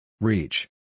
Reach